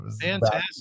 Fantastic